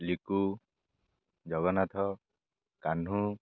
Liku Jagannath Kanhu